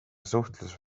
suhtlus